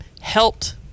helped –